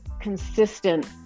consistent